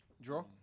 Draw